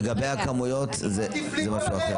לגבי הכמויות זה משהו אחר.